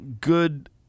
good